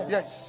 Yes